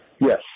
Yes